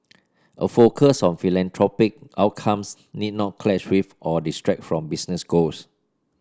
a focus on philanthropic outcomes need not clash with or distract from business goals